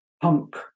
Punk